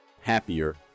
happier